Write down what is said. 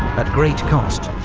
at great cost,